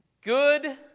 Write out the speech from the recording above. Good